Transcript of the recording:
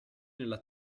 nella